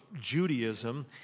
Judaism